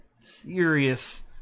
serious